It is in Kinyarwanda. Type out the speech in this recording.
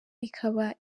ikaba